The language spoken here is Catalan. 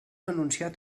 anunciat